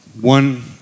One